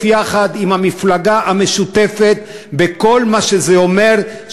יחד עם הרשימה המשותפת בכל מה שזה אומר,